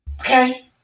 Okay